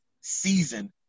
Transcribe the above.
season